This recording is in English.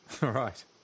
Right